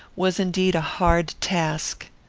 was, indeed, a hard task.